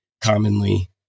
commonly